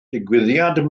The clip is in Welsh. digwyddiad